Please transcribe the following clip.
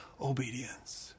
obedience